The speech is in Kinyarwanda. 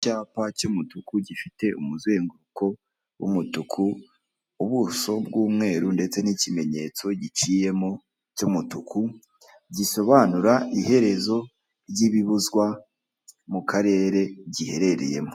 Icyapa cy'umutuku gifite umuzenguruko w'umutuku, ubuso bw'umweru, ndetse n'ikimenyetso giciyemo cy'umutuku, gisobanura iherezo ry'ibibuzwa mu karere giherereyemo.